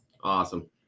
Awesome